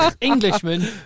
Englishman